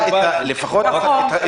נכון.